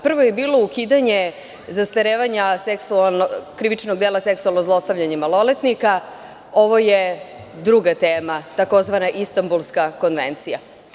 Prvo je bilo ukidanje zastarevanja krivičnog dela – seksualno zlostavljanje maloletnika, ovo je druga tema, tzv. Istanbulska konvencija.